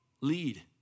Lead